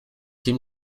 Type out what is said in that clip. him